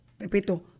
Repito